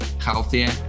healthier